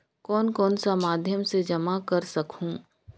कौन कौन सा माध्यम से जमा कर सखहू?